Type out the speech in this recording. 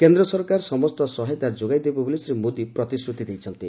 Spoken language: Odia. କେନ୍ଦ୍ର ସରକାର ସମସ୍ତ ସହାୟତା ଯୋଗାଇ ଦେବେ ବୋଲି ଶ୍ରୀ ମୋଦୀ ପ୍ରତିଶ୍ରତି ଦେଇଛନ୍ତି